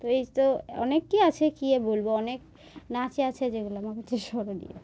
তো এই সব অনেকই আছে কী আর বলব অনেক নাচই আছে যেগুলো আমার কাছে স্মরণীয়